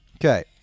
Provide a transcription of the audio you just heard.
Okay